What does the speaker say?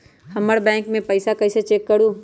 हमर बैंक में पईसा कईसे चेक करु?